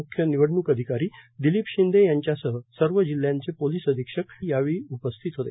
मुख्य निवडणूक अधिकारी दिलीप शिंदे यांच्यासह सर्व जिल्ह्यांचे पोलीस अधिक्षक आदी यावेळी उपस्थित होते